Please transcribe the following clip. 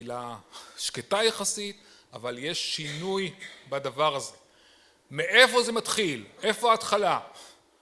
אלא שקטה יחסית אבל יש שינוי בדבר הזה, מאיפה זה מתחיל, איפה ההתחלה